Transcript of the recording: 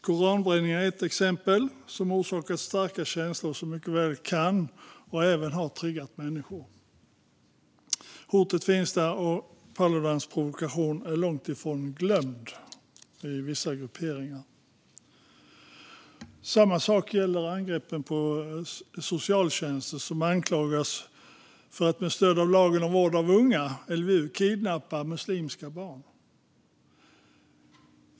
Koranbränningen är ett exempel som har orsakat starka känslor och som mycket väl kan trigga och även har triggat människor. Hotet finns där, och Paludans provokation är långt ifrån glömd inom vissa grupperingar. Samma sak gäller angreppen på socialtjänsten, som anklagas för att med stöd av lagen om vård av unga, LVU, kidnappa muslimska barn.